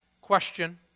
Question